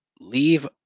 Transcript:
Leave